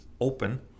open